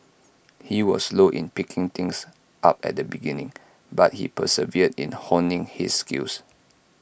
he was slow in picking things up at the beginning but he persevered in honing his skills